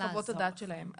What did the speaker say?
את חוות הדעת שלהם.